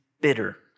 bitter